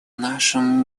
нашем